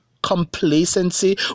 Complacency